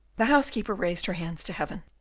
the housekeeper raised her hands to heaven.